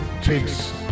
takes